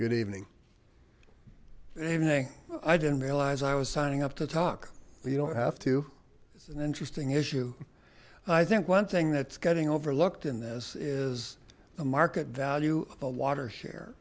good evening good evening i didn't realize i was signing up to talk you don't have to it's an interesting issue i think one thing that's getting overlooked in this is the market value of a water share